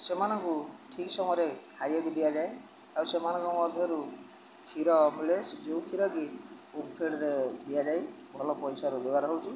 ସେମାନଙ୍କୁ ଠିକ୍ ସମୟରେ ଖାଇବାକୁ ଦିଆଯାଏ ଆଉ ସେମାନଙ୍କ ମଧ୍ୟରୁ କ୍ଷୀର ମିଳେ ଯେଉଁ କ୍ଷୀର କି ଓମଫେଡ଼ରେ ଦିଆଯାଇ ଭଲ ପଇସା ରୋଜଗାର ହେଉଛି